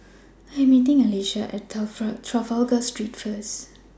I Am meeting Alisha At Trafalgar Street First